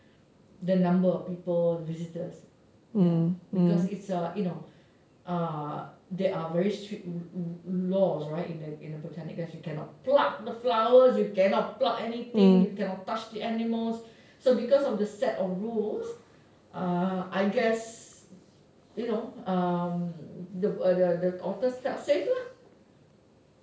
the number of people and visitors ya because it's a you know there are very strict laws right in the botanic gardens you cannot pluck the flowers you cannot pluck anything you cannot touch the animals so because of the set of rules uh I guess you know the the otter felt safe lah